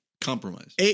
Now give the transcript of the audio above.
Compromise